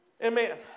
Amen